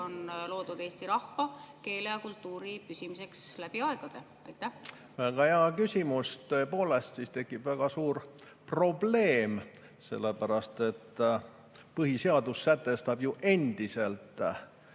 on loodud eesti [rahvuse], keele ja kultuuri püsimiseks läbi aegade? Väga hea küsimus! Tõepoolest, siis tekib väga suur probleem. Sellepärast et põhiseadus sätestab ju endiselt,